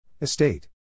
Estate